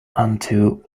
unto